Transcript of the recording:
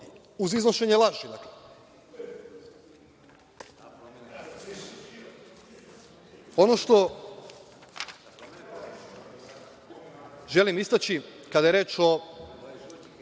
uz iznošenje laži. Ono što želim istaći, kada je reč o